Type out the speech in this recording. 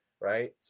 right